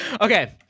okay